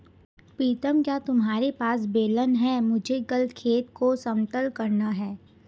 प्रीतम क्या तुम्हारे पास बेलन है मुझे कल खेत को समतल करना है?